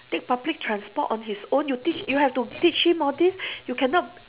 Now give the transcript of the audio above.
take public transport on his own you teach you have to teach him all this you cannot